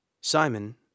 Simon